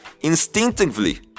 instinctively